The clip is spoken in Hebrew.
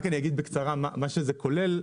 אגיד בקצרה מה שזה כולל.